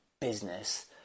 business